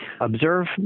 observe